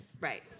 Right